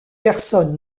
personne